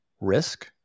risk